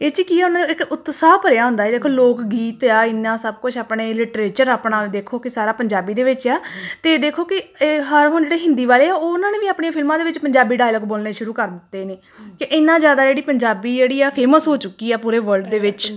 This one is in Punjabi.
ਇਹ 'ਚ ਕੀ ਆ ਉਹਨਾਂ ਦਾ ਇੱਕ ਉਤਸਾਹ ਭਰਿਆ ਹੁੰਦਾ ਦੇਖੋ ਲੋਕ ਗੀਤ ਆ ਇੰਨਾ ਸਭ ਕੁਛ ਆਪਣੇ ਲਿਟਰੇਚਰ ਆਪਣਾ ਦੇਖੋ ਕਿ ਸਾਰਾ ਪੰਜਾਬੀ ਦੇ ਵਿੱਚ ਆ ਅਤੇ ਦੇਖੋ ਕਿ ਇਹ ਹਰ ਹੁਣ ਜਿਹੜੇ ਹਿੰਦੀ ਵਾਲੇ ਆ ਉਹ ਉਹਨਾਂ ਨੇ ਵੀ ਆਪਣੀਆਂ ਫਿਲਮਾਂ ਦੇ ਵਿੱਚ ਪੰਜਾਬੀ ਡਾਇਲੋਗ ਬੋਲਣੇ ਸ਼ੁਰੂ ਕਰ ਦਿੱਤੇ ਨੇ ਕਿ ਇਹਨਾਂ ਜ਼ਿਆਦਾ ਜਿਹੜੀ ਪੰਜਾਬੀ ਜਿਹੜੀ ਆ ਫੇਮਸ ਹੋ ਚੁੱਕੀ ਆ ਪੂਰੇ ਵਰਲਡ ਦੇ ਵਿੱਚ